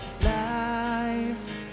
Lives